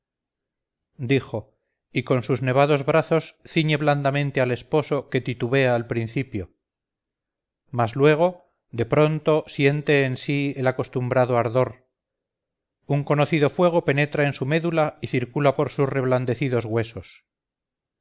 dijo y con sus nevados brazos ciñe blandamente al esposo que titubea al principio mas luego de pronto siente en sí el acostumbrado ardor un conocido fuego penetra en su médula y circula por sus reblandecidos huesos